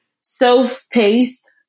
self-paced